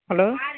hello